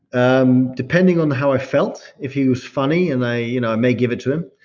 um depending on how i felt, if he was funny and i you know i may give it to him.